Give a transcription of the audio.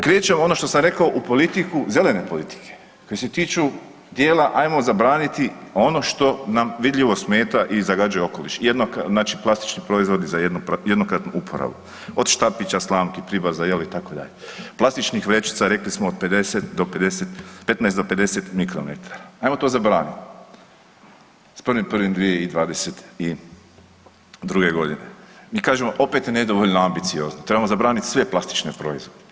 Krećemo ono što sam rekao u politiku zelene politike koje se tiču dijela ajmo zabraniti ono što nam vidljivo smeta i zagađuje okoliš, znači plastični proizvodi za jednokratnu uporabu od štapića, slamki, pribora za jelo itd., plastičnih vrećica rekli smo od 15 do 50 mikrometra, ajmo to zabranit s 1.1.2022.g. Mi kažemo opet je nedovoljno ambiciozno, trebamo zabraniti sve plastične proizvode.